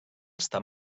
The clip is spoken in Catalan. està